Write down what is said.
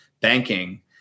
banking